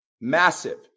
massive